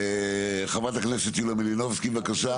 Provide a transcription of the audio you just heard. חברת הכנסת יוליה מלינובסקי, בבקשה.